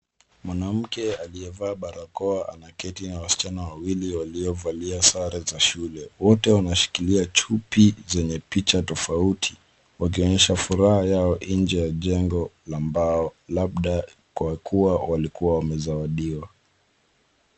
Mwanamke aliyevaa barakoa ameketi na wasichana wawili waliovalia sare za shule. Wote wameshika zawadi zilizochapishwa picha tofauti. Wanaonyesha furaha yao nje ya jengo la mbao, labda kwa sababu walikuwa wamezawadiwa.